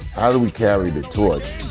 how do we carry the torch?